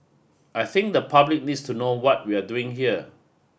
I think the public needs to know what we're doing here